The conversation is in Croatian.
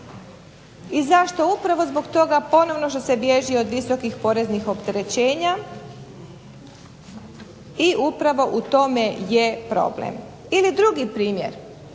I zašto? Upravo zbog toga ponovno što se bježi od visokih poreznih opterećenja i upravo u tome je problem. Ili drugi primjer,